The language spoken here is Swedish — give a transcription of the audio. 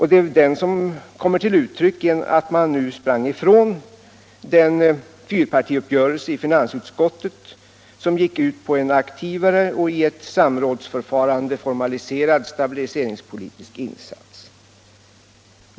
Den har kommit till uttryck genom att man nu sprungit ifrån den fyrpartiuppgörelse i finansutskottet som gick ut på en aktivare och i ett samrådsförfarande formaliserad stabiliseringspolitisk insats.